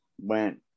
went